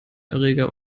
erreger